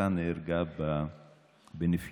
גיסתה נהרגה בנפילה